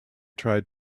tried